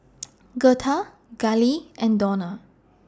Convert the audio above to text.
Gertha Kailee and Donald